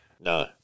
No